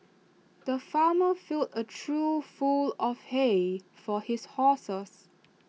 the farmer filled A trough full of hay for his horses